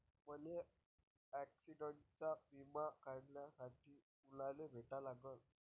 मले ॲक्सिडंटचा बिमा काढासाठी कुनाले भेटा लागन?